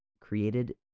created